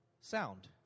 Sound